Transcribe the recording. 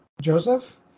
Joseph